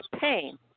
pain